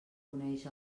coneix